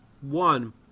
One